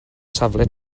safle